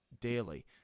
daily